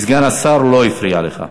סגן השר לא הפריע לך.